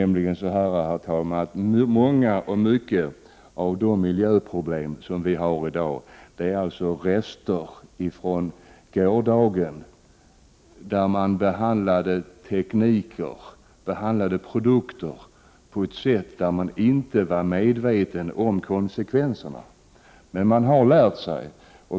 Många av de miljöproblem som finns i dag är rester från gårdagen, då man behandlade tekniker och produkter utan att vara medveten om konsekvenserna. Men man har lärt sig.